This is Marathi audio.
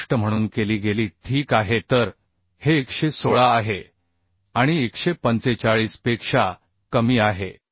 464 म्हणून केली गेली ठीक आहे तर हे 116 आहे आणि 145 पेक्षा कमी आहे